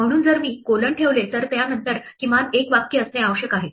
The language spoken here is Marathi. म्हणून जर मी कोलन ठेवले तर त्या नंतर किमान एक वाक्य असणे आवश्यक आहे